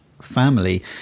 family